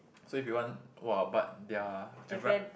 so if you want !wah! but their enviro~